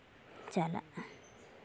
ᱪᱟᱞᱟᱜᱼᱟ